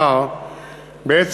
החוק.